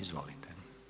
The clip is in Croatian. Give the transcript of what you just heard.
Izvolite.